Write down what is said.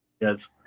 Yes